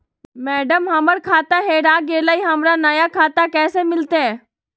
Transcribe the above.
madam, हमर खाता हेरा गेलई, हमरा नया खाता कैसे मिलते